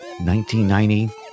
1990